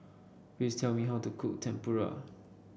please tell me how to cook Tempura